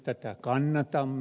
tätä kannatamme